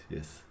Yes